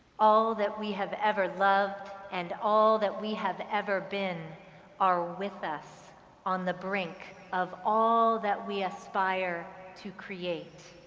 all that we have ever loved and all that we have ever loved are with us on the brink of all that we aspire to create.